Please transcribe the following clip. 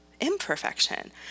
imperfection